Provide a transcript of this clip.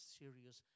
serious